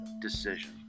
decision